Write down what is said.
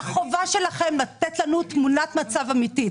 החובה שלכם לתת לנו תמונת מצב אמיתית.